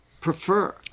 prefer